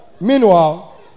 Meanwhile